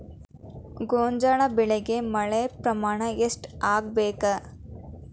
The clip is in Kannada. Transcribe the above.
ಗೋಂಜಾಳ ಬೆಳಿಗೆ ಮಳೆ ಪ್ರಮಾಣ ಎಷ್ಟ್ ಆಗ್ಬೇಕ?